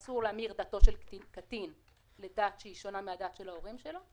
אסור להמיר דתו של קטין לדת שהיא שונה מהדת של ההורים שלו,